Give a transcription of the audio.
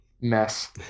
mess